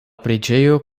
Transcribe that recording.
preĝejo